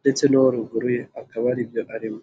ndetse n'uwaruguru akaba aribyo arimo.